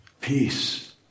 Peace